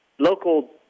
Local